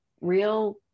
real